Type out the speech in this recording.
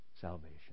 salvation